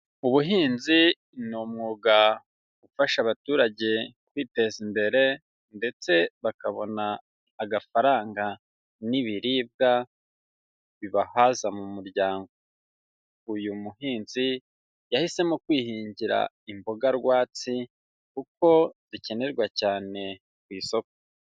Ubuhinzi ni umwuga ufasha abaturage kwiteza imbere, ndetse bakabona agafaranga n'ibiribwa bibahaza mu muryango. Uyu muhinzi yahisemo kwihingira imboga rwatsi kuko zikenerwa cyane ku isoko.